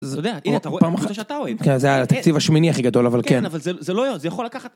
זה עוד פעם אחת שאתה רואה את זה התקציב השמיני הכי גדול אבל כן אבל זה לא יודע זה יכול לקחת